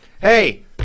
Hey